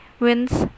Wins